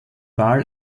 wahl